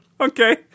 okay